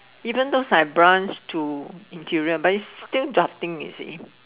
even though I branch to interior but its still drafting you see